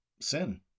sin